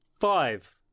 Five